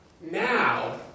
now